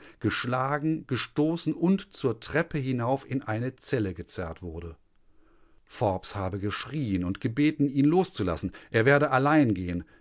geschlagen gestoßen und zur treppe hinauf in eine zelle gezerrt wurde forbes habe geschrien und gebeten ihn loszulassen er werde allein gehen